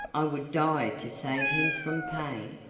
i would die to save him from pain.